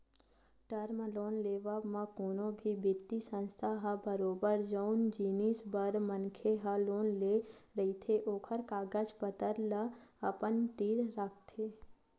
term loan लेवब म कोनो भी बित्तीय संस्था ह बरोबर जउन जिनिस बर मनखे ह लोन ले रहिथे ओखर कागज पतर ल अपन तीर राखथे